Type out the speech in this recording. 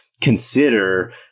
consider